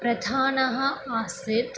प्रधानः आसीत्